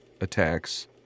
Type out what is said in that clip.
attacks